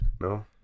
no